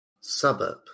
suburb